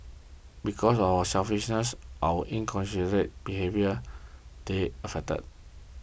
because of our selfishness our inconsiderate behaviour they're affected